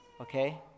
Okay